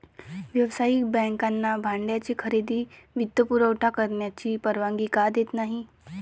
व्यावसायिक बँकांना भाड्याने खरेदी वित्तपुरवठा करण्याची परवानगी का देत नाही